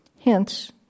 Hence